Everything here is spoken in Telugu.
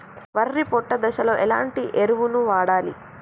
వరి పొట్ట దశలో ఎలాంటి ఎరువును వాడాలి?